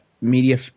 Media